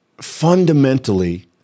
fundamentally